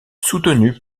soutenue